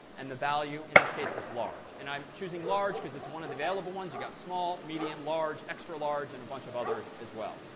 and the value in this case is large. and i'm choosing large because it's one of the available ones. you've got small, medium, large, extra large, and a bunch of others as well.